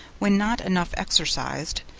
when not enough exercised,